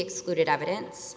excluded evidence